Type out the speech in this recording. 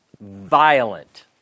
violent